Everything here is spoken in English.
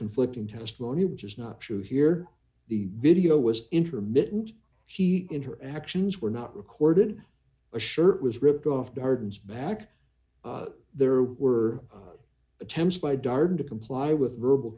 conflicting testimony which is not true here the video was intermittent she and her actions were not recorded a shirt was ripped off guards back there were attempts by darden to comply with verbal